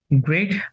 Great